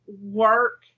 work